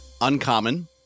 Uncommon